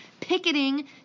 picketing